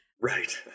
Right